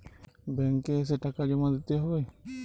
Bank এ এসে টাকা জমা দিতে হবে?